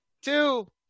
two